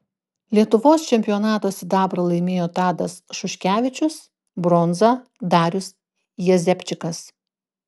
lietuvos čempionato sidabrą laimėjo tadas šuškevičius bronzą darius jazepčikas